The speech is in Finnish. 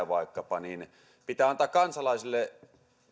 vaikkapa hybridiä turvallisuutta pitää antaa kansalaisille